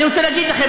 אני רוצה להגיד לכם,